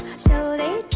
so they